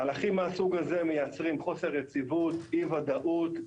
מהלכים מהסוג הזה מייצרים חוסר יציבות, אי ודאות,